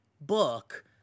book